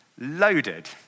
loaded